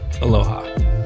aloha